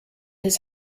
his